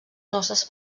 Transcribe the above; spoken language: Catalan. noces